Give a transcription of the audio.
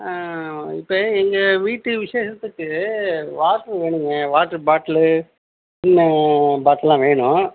இப்போ எங்கள் வீட்டு விசேஷத்துக்கு வாட்டர் வேணுங்க வாட்டர் பாட்டிலு சின்ன பாட்டிலுலாம் வேணும்